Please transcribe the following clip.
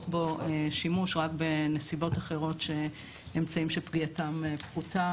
בו שימוש רק בנסיבות אחרות שאמצעים שפגיעתם פחותה